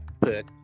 put